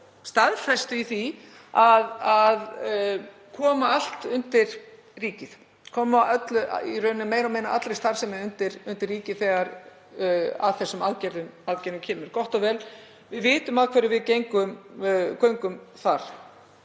staðfestu í því að koma meira og minna allri starfsemi undir ríkið þegar að þessum aðgerðum kemur. Gott og vel. Við vitum að hverju við göngum þar.